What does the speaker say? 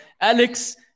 Alex